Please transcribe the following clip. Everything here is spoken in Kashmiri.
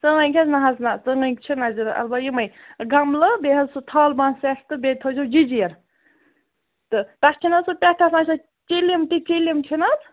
ژٔٲنٛگۍ حظ نہَ حظ نہَ ژٔٲنٛگۍ چھِنہٕ اَسہِ ضروٗرت البتہٕ یِمے گملہٕ بیٚیہِ حظ سُہ تھالہٕ بان سٮ۪ٹ تہٕ بیٚیہِ تھٲوزیٚو جیجیٖر تہٕ تَتھ چھِناہ سُہ پٮ۪ٹھٕ آسان سُہ چِلِم تہِ چِلِم چھَنہٕ حظ